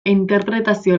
interpretazio